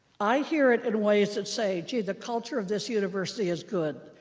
i hear it in ways that say, gee, the culture of this university is good.